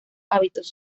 hábitos